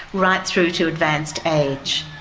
right through to advanced age.